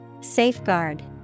Safeguard